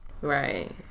Right